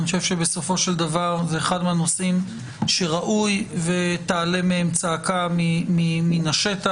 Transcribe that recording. בסופו של דבר זה אחד הנושאים שראוי שתעלה מהם צעקה מהשטח,